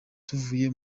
tuvuye